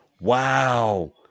Wow